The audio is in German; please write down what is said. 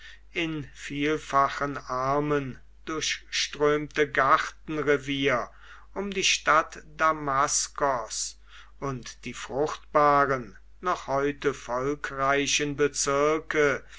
in vielfachen armen durchströmte gartenrevier um die stadt damaskos und die fruchtbaren noch heute volkreichen bezirke